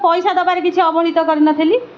ପଇସା ଦବାରେ କିଛି ଅବହେଳିତ କରିନଥିଲି